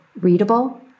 readable